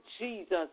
Jesus